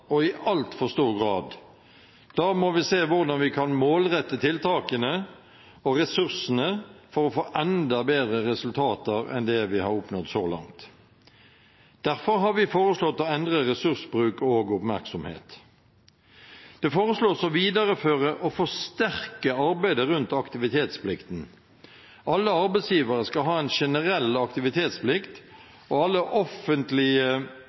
og i altfor stor grad. Da må vi se hvordan vi kan målrette tiltakene og ressursene for å få enda bedre resultater enn det vi har oppnådd så langt. Derfor har vi foreslått å endre ressursbruk og oppmerksomhet. Det foreslås å videreføre og forsterke arbeidet rundt aktivitetsplikten. Alle arbeidsgivere skal ha en generell aktivitetsplikt, og alle offentlige